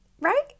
Right